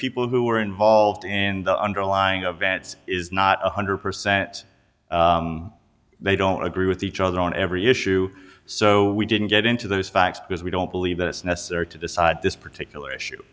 people who were involved in the underlying advance is not one hundred percent they don't agree with each other on every issue so we didn't get into those facts because we don't believe that it's necessary to decide this particular issue